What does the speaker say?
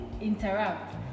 interrupt